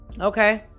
Okay